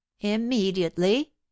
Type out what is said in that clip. Immediately